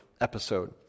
episode